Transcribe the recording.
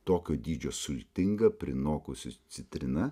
tokio dydžio sultinga prinokusi citrina